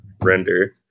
render